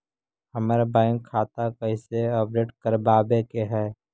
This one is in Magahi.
हमर बैंक खाता कैसे अपडेट करबाबे के है?